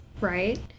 Right